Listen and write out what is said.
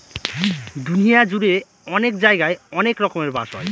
দুনিয়া জুড়ে অনেক জায়গায় অনেক রকমের বাঁশ হয়